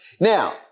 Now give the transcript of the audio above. Now